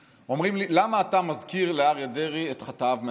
אומרים לי: למה אתה מזכיר לאריה דרעי את חטאיו מהעבר?